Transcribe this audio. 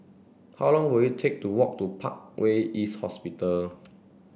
how long will it take to walk to Parkway East Hospital